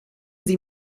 sie